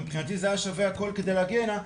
ומבחינתי זה היה שווה הכול כדי להגיע הנה,